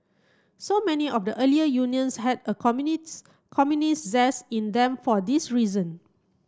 so many of the earlier unions had a communists communists zest in them for this reason